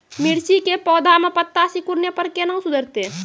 मिर्ची के पौघा मे पत्ता सिकुड़ने पर कैना सुधरतै?